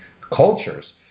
cultures